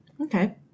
Okay